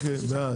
בעד